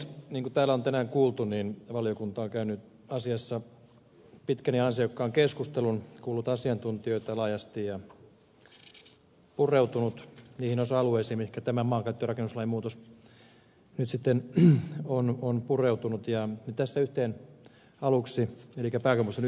niin kuin täällä on tänään kuultu valiokunta on käynyt asiassa pitkän ja ansiokkaan keskustelun kuullut asiantuntijoita laajasti ja pureutunut niihin osa alueisiin mihinkä tämä maankäyttö ja rakennuslain muutos nyt sitten on pureutunut ja tässä puutun yhteen aluksi elikkä pääkaupunkiseudun yleiskaavaan